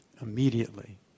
immediately